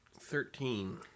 Thirteen